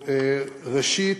ראשית,